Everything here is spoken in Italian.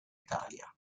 italia